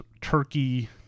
Turkey